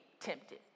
tempted